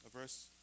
verse